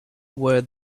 where